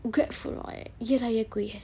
grab food right 越来越贵 eh